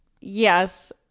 Yes